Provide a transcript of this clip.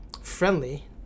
friendly